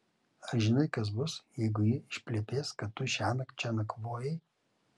ar žinai kas bus jeigu ji išplepės kad tu šiąnakt čia nakvojai